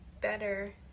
better